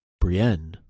Brienne